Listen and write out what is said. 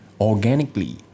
organically